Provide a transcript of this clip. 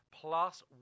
plus